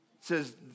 says